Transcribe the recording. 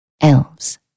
Elves